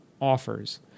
offers